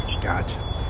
Gotcha